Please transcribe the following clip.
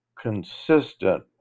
consistent